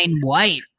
white